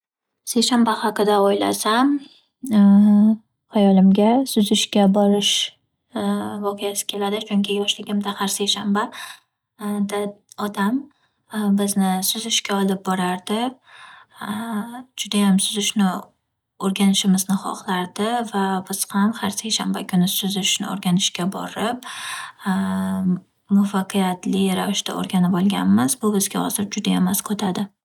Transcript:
Seshanba kuni haqida o’ylasam hayolimga suzishga borish voqeasi keladi, chunki yoshligimda har seshanba otam bizni suzishga olib borardi. Judayam suzishni o’rganishimizni hohlardi va biz ham har seshanba kuni suzishni o’rganishga borib muvaffaqiyatli ravishda o’rganib olganmiz. Bu bizga hozir juda asq otadi.